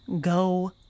Go